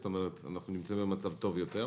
זאת אומרת אנחנו נמצאים במצב טוב יותר.